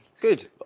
good